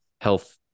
health